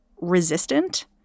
resistant